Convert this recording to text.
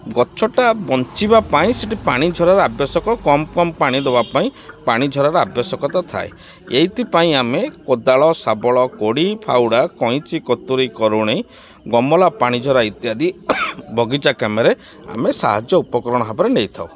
ଗଛଟା ବଞ୍ଚିବା ପାଇଁ ସେଇଠି ପାଣି ଝରାର ଆବଶ୍ୟକ କମ୍ କମ୍ ପାଣି ଦବା ପାଇଁ ପାଣି ଝରାରେ ଆବଶ୍ୟକତା ଥାଏ ଏଇଥିପାଇଁ ଆମେ କୋଦାଳ ଶାବଳ କୋଡ଼ି ଫାଉଡ଼ା କଇଁଚି କତୁରୀ କରୁଣେଇ ଗମଲା ପାଣିଝରା ଇତ୍ୟାଦି ବଗିଚା କାମରେ ଆମେ ସାହାଯ୍ୟ ଉପକରଣ ଭାବରେ ନେଇଥାଉ